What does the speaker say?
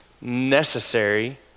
necessary